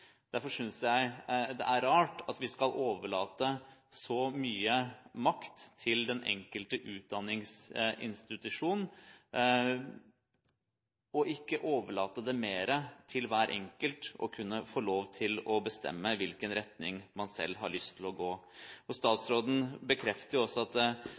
rart at man skal overlate så mye makt til den enkelte utdanningsinstitusjon, og ikke overlate mer til hver enkelt å kunne å bestemme hvilken retning man har lyst til å gå. Statsråden bekrefter også at